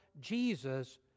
Jesus